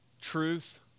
truth